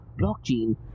blockchain